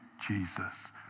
Jesus